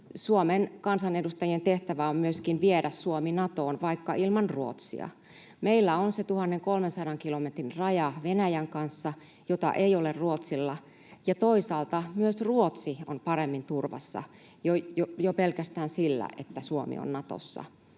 Suomen kansanedustajien tehtävä on myöskin viedä Suomi Natoon vaikka ilman Ruotsia. Meillä on se 1 300 kilometrin raja Venäjän kanssa, jota ei ole Ruotsilla, ja toisaalta myös Ruotsi on paremmin turvassa jo pelkästään sillä, että Suomi on Natossa.